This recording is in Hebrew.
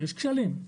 יש כשלים,